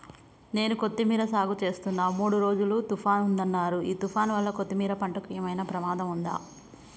నేను కొత్తిమీర సాగుచేస్తున్న మూడు రోజులు తుఫాన్ ఉందన్నరు ఈ తుఫాన్ వల్ల కొత్తిమీర పంటకు ఏమైనా ప్రమాదం ఉందా?